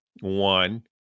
one